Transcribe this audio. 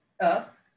up